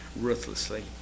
ruthlessly